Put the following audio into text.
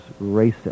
racist